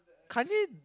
Kanye